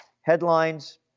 Headlines